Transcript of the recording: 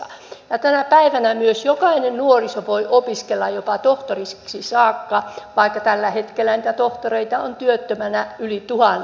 ja tänä päivänä myös jokainen nuori voi opiskella jopa tohtoriksi saakka vaikka tällä hetkellä niitä tohtoreita on työttöminä yli tuhannen henkilöä